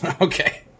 Okay